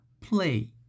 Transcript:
Play